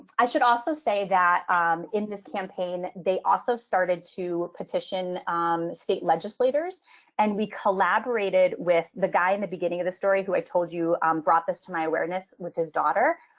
i should also say that in this campaign, they also started to petition state legislators and we collaborated with the guy in the beginning of the story who i told you um brought this to my awareness with his daughter.